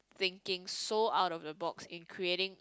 thinking so out of the box in creating